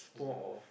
it's there